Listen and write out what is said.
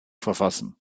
verfassen